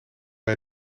bij